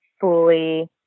fully